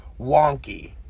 wonky